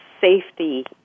safety